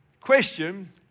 Question